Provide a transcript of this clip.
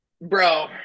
Bro